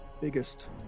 biggest